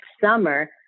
summer